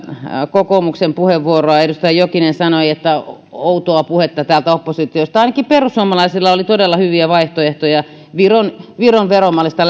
kokoomuksen puheenvuoroa edustaja jokinen sanoi että outoa puhetta täältä oppositiosta ainakin perussuomalaisilla oli todella hyviä vaihtoehtoja viron viron veromallista